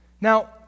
Now